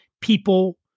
people